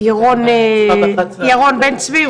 ירון בן צבי,